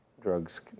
drugs